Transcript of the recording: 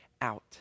out